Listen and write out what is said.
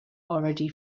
already